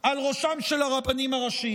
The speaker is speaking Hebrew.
של שחיתות על ראשם של הרבנים הראשיים.